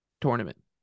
tournament